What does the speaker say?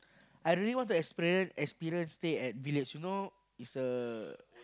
I really want to experience experience stay at village you know it's a